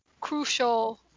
crucial